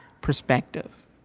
perspective